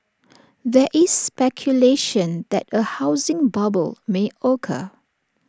there is speculation that A housing bubble may occur